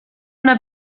una